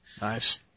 Nice